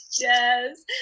Yes